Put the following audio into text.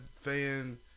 fan